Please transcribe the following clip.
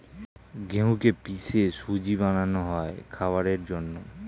গেহুকে পিষে সুজি বানানো হয় খাবারের জন্যে